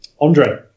Andre